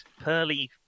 pearly